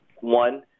One